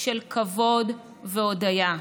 של כבוד והודיה.